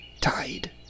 tide